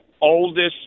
oldest